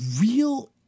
real